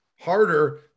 harder